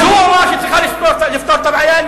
הוא אמר שהיא צריכה לפתור את הבעיה.